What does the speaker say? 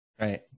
Right